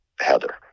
Heather